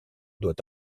doit